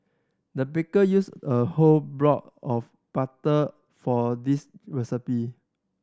the baker used a whole block of butter for this recipe